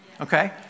Okay